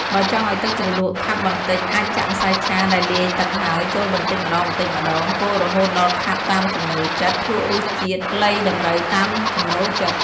បើចង់ឲ្យទឹកជ្រលក់ខាប់បន្តិច អាចចាក់ម្សៅឆាដែលលាយទឹកហើយចូលបន្តិចម្តងៗ កូររហូតដល់ខាប់តាមចំណូលចិត្ត ភ្លក្សរសជាតិ លៃតម្រូវតាមចំណូលចិត្ត។